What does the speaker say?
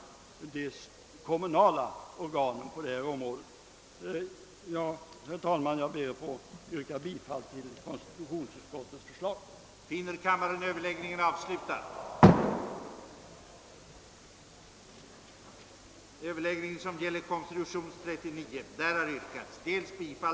Jag ber att få yrka bifall till konstitutionsutskottets hemställan. ler deltidsjordbruk då detta med beaktande av samhällets kostnader för landskapsvård är ekonomiskt motiverat, dels att i övrigt beaktades vad i motionerna anförts beträffande jordbrukets betydelse för landskapsvården.